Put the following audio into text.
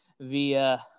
via